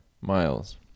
miles